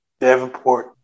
Davenport